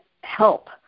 help